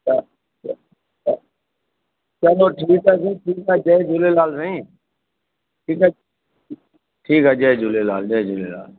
त त त चङो ठीकु आहे साईं ठीकु आ जय झूलेलाल साईं ठीकु आहे ठीकु आहे जय झूलेलाल जय झूलेलाल